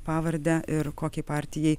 pavardę ir kokiai partijai